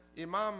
imam